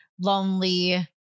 lonely